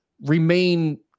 remain